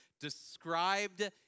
described